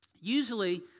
Usually